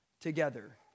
together